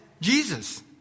Jesus